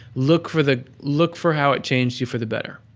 look for the. look for how it changed you for the better.